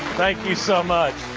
thank you so much.